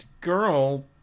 girl